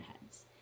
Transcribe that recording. heads